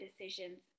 decisions